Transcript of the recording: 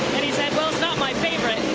and he said, not my favorite,